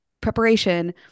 preparation